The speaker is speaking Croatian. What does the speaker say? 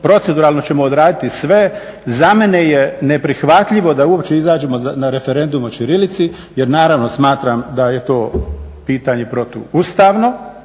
proceduralno ćemo odraditi sve, za mene je neprihvatljivo da uopće izađemo na referendum o ćirilici jer naravno smatram da je to pitanje protuustavno